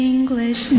English